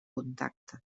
contacte